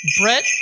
brett